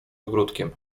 ogródkiem